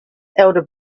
elder